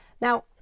Now